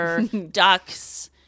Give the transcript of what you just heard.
ducks